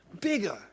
bigger